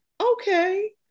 okay